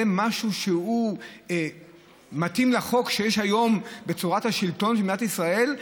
זה משהו שמתאים לחוק שיש היום בצורת השלטון של מדינת ישראל?